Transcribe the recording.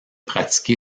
pratiquée